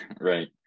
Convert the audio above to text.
Right